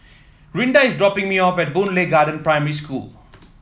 Rinda is dropping me off at Boon Lay Garden Primary School